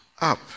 up